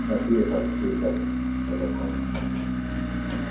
آ ٹھیٖک حظ چھُ ٹھیٖک حظ چھُ اَدٕ حظ